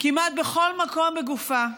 כמעט בכל מקום בגופה,